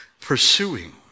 pursuing